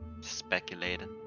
speculating